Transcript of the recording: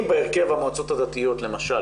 אם בהרכב המועצות הדתיות למשל,